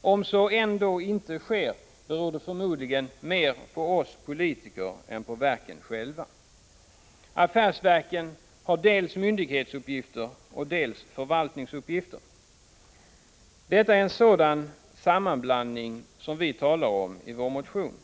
Om så ändå inte sker beror det förmodligen mer på oss politiker än på verken själva. Affärsverken har dels myndighetsuppgifter, dels förvaltningsuppgifter. Det är denna sammanblandning som vi tar upp i motionen.